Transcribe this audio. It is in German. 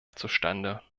zustande